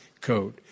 code